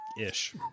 ish